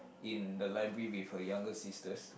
in the library with her younger sisters